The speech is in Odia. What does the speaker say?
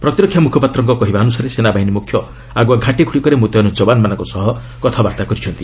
ପ୍ରତିରକ୍ଷା ମ୍ରଖପାତ୍ରଙ୍କ କହିବା ଅନୁସାରେ ସେନାବାହିନୀ ମୁଖ୍ୟ ଆଗୁଆ ଘାଟିଗୁଡ଼ିକରେ ମୁତୟନ ଯବାନମାନଙ୍କ ସହ କଥାବାର୍ତ୍ତା କରିଛନ୍ତି